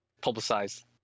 publicized